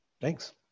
Thanks